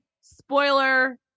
spoiler